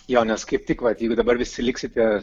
jo nes kaip tik vat jeigu dabar visi liksite